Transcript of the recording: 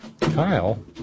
Kyle